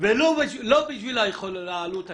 ולא בשביל העלות הכלכלית.